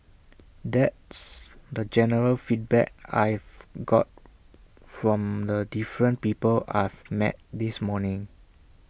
that's the general feedback I've got from the different people I've met this morning